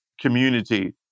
community